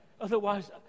Otherwise